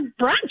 brunch